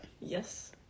Yes